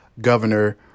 governor